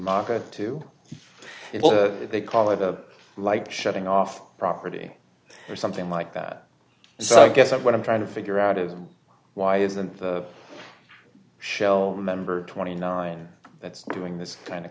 market to they call it a light shutting off property or something like that so i guess what i'm trying to figure out is why isn't the shell remember twenty nine that's doing this kind of